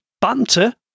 banter